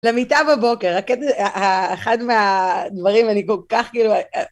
למיטה בבוקר, הקטע... אחד מהדברים... אני כל כך כאילו...